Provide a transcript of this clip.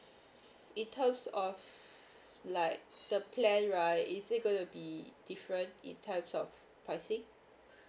in terms of like the plan right is it going to be different in terms of pricing